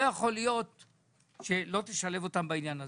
לא יכול להיות שלא תשלב אותם בעניין הזה.